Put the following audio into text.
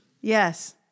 Yes